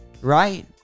right